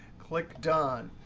click done.